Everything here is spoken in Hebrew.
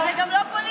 וזה גם לא פוליטי.